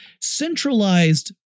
centralized